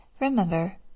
Remember